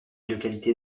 localités